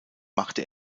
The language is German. machte